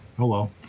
Hello